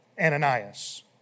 Ananias